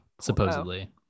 supposedly